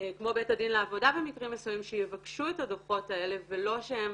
כמו בית הדין לעבודה במקרים מסוימים שיבקשו את הדוחות האלה ולא שהם